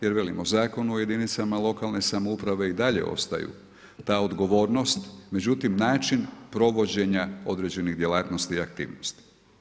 Jer velimo Zakon o jedinicama lokalne samouprave i dalje ostaju ta odgovornost, međutim način provođenja određenih djelatnosti i aktivnosti.